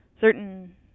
certain